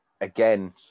again